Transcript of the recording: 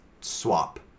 swap